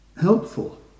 helpful